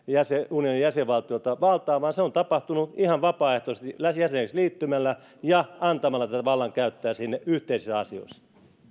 unionin jäsenvaltioilta valtaa vaan se on tapahtunut ihan vapaaehtoisesti jäseneksi liittymällä ja antamalla tätä vallankäyttöä sinne yhteisissä asioissa